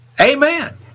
Amen